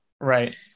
Right